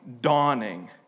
dawning